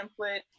template